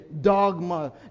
dogma